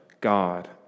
God